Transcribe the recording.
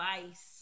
advice